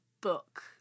book